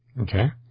Okay